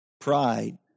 Pride